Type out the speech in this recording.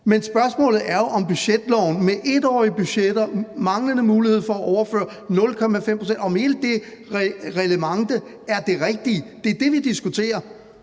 Men spørgsmålet er jo, om budgetloven med 1-årige budgetter, manglende mulighed for at overføre 0,5 pct., altså om hele det reglement er det rigtige. Det er det, vi diskuterer.